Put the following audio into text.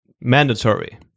Mandatory